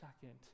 second